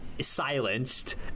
silenced